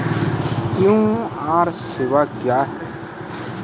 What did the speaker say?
QR सेवा क्या हैं?